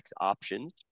options